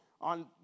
on